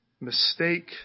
mistake